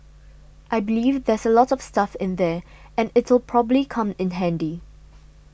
I believe there's a lot of stuff in there and it'll probably come in handy